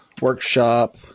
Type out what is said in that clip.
workshop